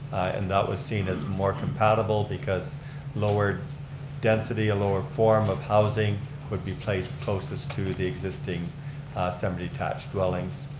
and that was seen as more compatible because lower density, a lower form of housing would be placed closest to the existing seven detached dwellings.